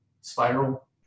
spiral